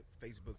Facebook